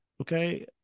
Okay